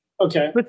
Okay